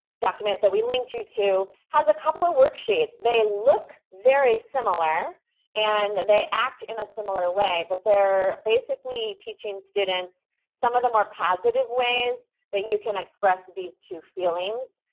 document that we linked you to, has a couple of worksheets. they look very similar and they act in a similar way, but they're basically teaching students some of the more positive ways that you can express these two feelings.